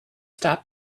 stop